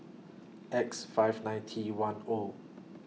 X five nine T one O